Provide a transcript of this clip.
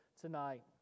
tonight